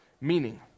meaning